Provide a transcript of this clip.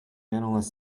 analyst